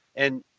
and,